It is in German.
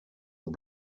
und